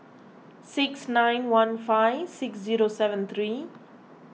six nine one five six zero seven three